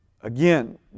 Again